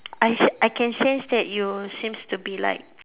I I can sense that you seems to be like